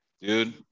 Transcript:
dude